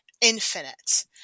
infinite